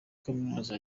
kaminuza